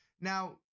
Now